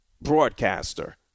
broadcaster